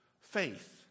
faith